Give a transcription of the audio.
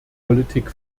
politik